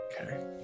Okay